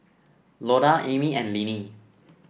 Loda Amie and Linnie